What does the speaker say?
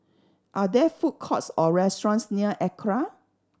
are there food courts or restaurants near ACRA